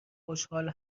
خوشحال